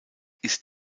ist